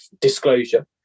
disclosure